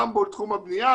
גם בתחום הבניה,